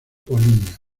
polinias